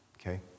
okay